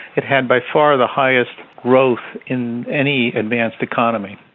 it had by far the highest growth in any advanced economy.